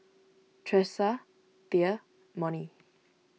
Tressa thea Monnie